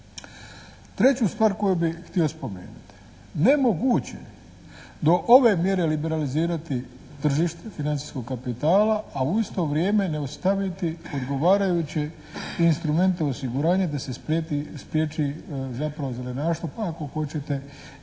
Treću stvar koju bih htio spomenuti nemoguće do ove mjere liberalizirati tržište financijskog kapitala, a u isto vrijeme ne ostaviti odgovarajuće instrumente osiguranja da se spriječi zapravo zelenaštvo, pa ako hoćete različiti